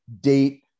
date